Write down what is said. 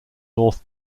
north